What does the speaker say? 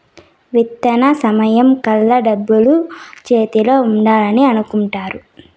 విత్తన సమయం కల్లా డబ్బులు చేతిలో ఉండాలని అనుకుంటారు